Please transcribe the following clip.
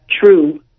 true